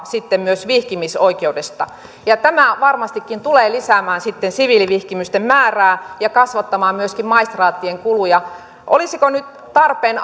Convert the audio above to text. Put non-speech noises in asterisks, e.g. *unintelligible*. sitten myös vihkimisoikeudesta tämä varmastikin tulee lisäämään sitten siviilivihkimysten määrää ja kasvattamaan myöskin maistraattien kuluja olisiko nyt tarpeen *unintelligible*